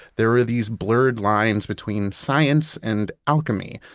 there were these blurred lines between science and alchemy.